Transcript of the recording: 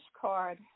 card